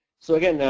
so again,